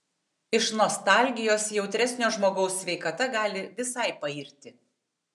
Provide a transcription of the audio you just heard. iš nostalgijos jautresnio žmogaus sveikata gali visai pairti